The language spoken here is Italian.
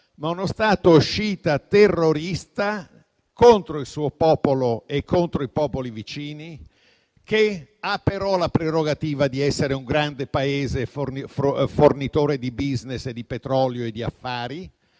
Uno Stato sciita terrorista, contro il suo popolo e contro i popoli vicini, che ha però la prerogativa di essere un grande Paese fornitore di *business*, di petrolio e di affari